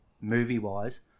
movie-wise